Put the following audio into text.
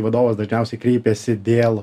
vadovas dažniausiai kreipiasi dėl